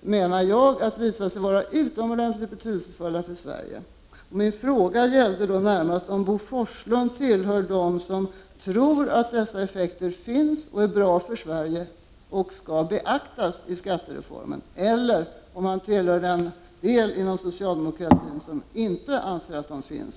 menar jag, att vara utomordentligt betydelsefulla för Sverige. Min fråga gällde närmast om Bo Forslund tillhör dem som tror att dessa effekter finns och är bra för Sverige samt skall beaktas inom ramen för skattereformen. Eller tillhör han den del inom socialdemokratin som inte anser att de finns?